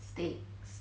steaks